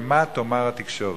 ממה תאמר התקשורת.